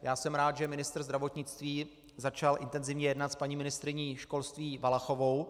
Já jsem rád, že ministr zdravotnictví začal intenzivně jednat s paní ministryní školství Valachovou.